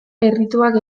errituak